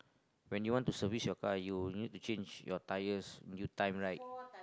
when you want to service your car you you need to change your tires in due time right